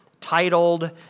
titled